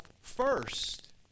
first